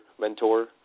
mentor